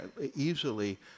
easily